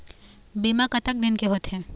बीमा कतक दिन के होते?